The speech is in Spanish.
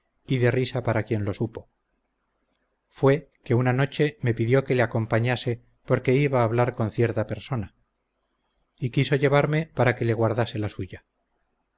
y de risa para quien lo supo fue que una noche me pidió que le acompañase porque iba a hablar con cierta persona y quiso llevarme para que le guardase la suya